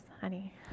honey